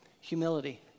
Humility